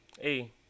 Hey